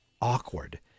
awkward